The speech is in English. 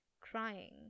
crying